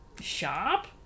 shop